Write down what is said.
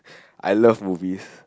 I love movies